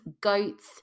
goats